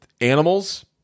animals